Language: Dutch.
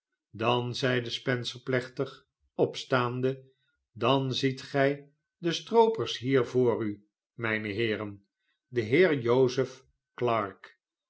dan zeide spencer plechtig opstaande dan ziet gij de stroopers hier voor u mijne heeren de heer jozef clarke